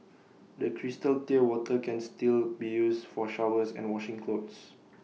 the crystal clear water can still be used for showers and washing clothes